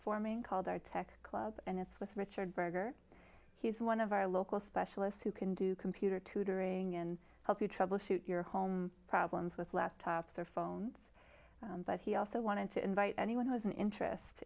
forming called our tech club and it's with richard berger he's one of our local specialists who can do computer tutoring and help you troubleshoot your home problems with laptops or phones but he also wanted to invite anyone who has an interest